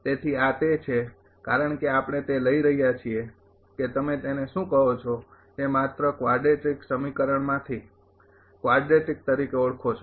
તેથી આ તે છે કારણ કે આપણે તે લઈ રહ્યા છીએ કે તમે શું કહો છો તે માત્ર કવાડ્રેટીક સમીકરણમાંથી કવાડ્રેટીક તરીકે ઓળખો છો